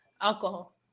Alcohol